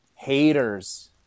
haters